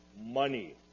money